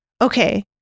okay